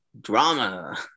drama